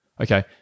Okay